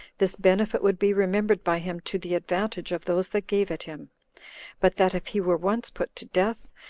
this benefit would be remembered by him to the advantage of those that gave it him but that if he were once put to death,